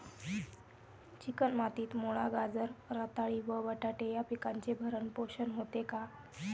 Chicken मातीत मुळा, गाजर, रताळी व बटाटे या पिकांचे भरण पोषण होते का?